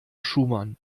schumann